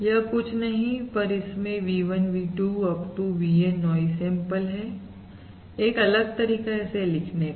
यह कुछ नहीं पर इसमें V1 V2 Up to VN noise sample है एक अलग तरीका है इसे लिखने का